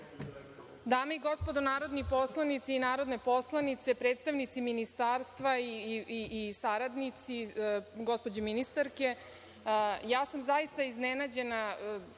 Dame i gospodo narodni poslanici i narodne poslanice, predstavnici ministarstva i saradnici gospođe ministarke, ja sam zaista iznenađena